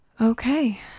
Okay